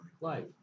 life